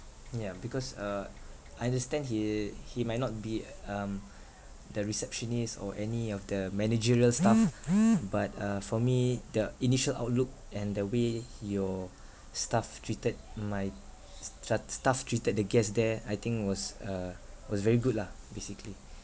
yeah because uh I understand he he might not be um the receptionist or any of the managerial staff but uh for me the initial outlook and the way your staff treated my s~ trat~ staff treated the guests there I think was uh was very good lah basically